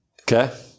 Okay